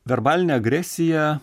verbalinė agresija